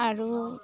আৰু